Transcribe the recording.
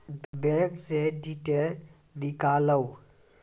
Bank से detail नीकालव?